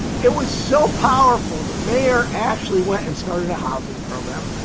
it was so powerful. the mayor actually went and started a housing program.